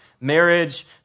marriage